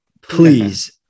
please